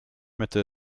mitte